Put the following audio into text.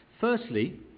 Firstly